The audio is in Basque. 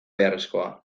beharrezkoa